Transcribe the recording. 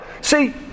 See